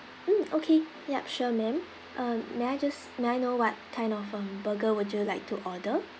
mm okay yup sure ma'am uh may I just may I know what kind of um burger would you like to order